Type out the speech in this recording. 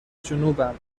جنوبم